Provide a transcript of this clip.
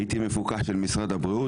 הייתי מפוקח של משרד הבריאות.